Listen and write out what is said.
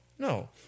No